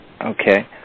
okay